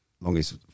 longest